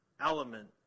element